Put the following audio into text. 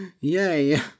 Yay